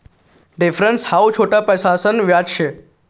difference how छोट पैसासन व्याज शे